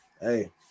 Hey